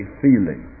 feeling